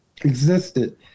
existed